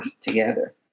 together